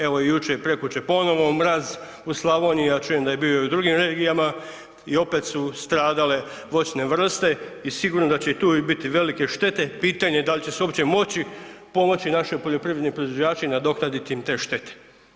Evo jučer i prekjučer ponovo mraz u Slavoniji, a čujem da je bio i u drugim regijama i opet su stradale voćne vrste i sigurno da će i tu biti velike štete, pitanje da li će se uopće moći pomoći našim poljoprivrednim proizvođačima i nadoknaditi im te štete.